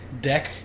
deck